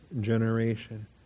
generation